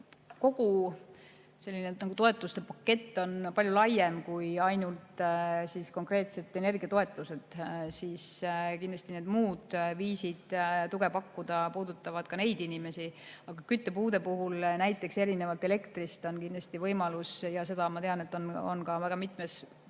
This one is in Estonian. Kogu senine toetuste pakett on palju laiem kui ainult konkreetsed energiatoetused ja kindlasti need muud viisid tuge pakkuda puudutavad ka neid inimesi. Küttepuude puhul on erinevalt elektrist kindlasti võimalus – ja ma tean, et seda on väga mitmel pool,